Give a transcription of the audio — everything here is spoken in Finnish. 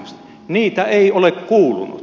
niitä ei ole kuulunut